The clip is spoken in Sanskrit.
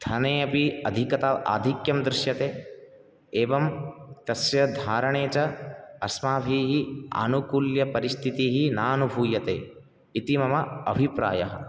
धने अपि अधिकता आधिक्यं दृश्यते एवं तस्य धारणे च अस्माभिः आनुकुल्यपरिस्तितिः नानुभूयते इति मम अभिप्रायः